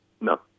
No